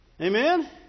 Amen